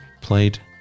played